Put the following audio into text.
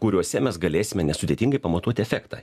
kuriuose mes galėsime nesudėtingai pamatuot efektą